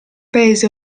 paese